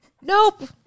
nope